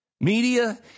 Media